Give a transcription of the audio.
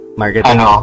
marketing